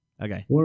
Okay